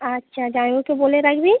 আচ্ছা জামাইবাবুকে বলে রাখবি